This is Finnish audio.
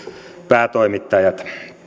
päätoimittajat